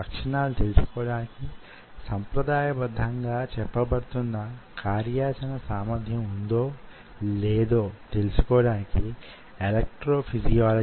అందువలన మనకు తెలిసినది ఏమంటే కాంటిలివర్ సూత్రం మీద పని చేసే కొన్ని బ్రిడ్జిలలో ఇవి వున్నాయని